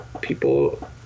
people